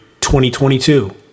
2022